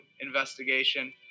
investigation